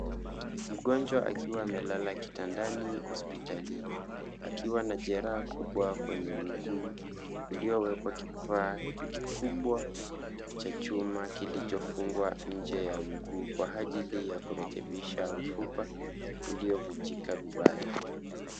Mgonjwa akiwa amelala kitandani hospitalini akiwa na jeraha kubwa kwenye miguu uliowekwa kifaa kikubwa cha chuma kilichofungwa nje ya mguu kwa ajili ya kurekebisha mfupa uliovunjika vibaya.